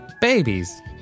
Babies